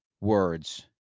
words